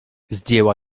zdjęła